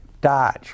Dodge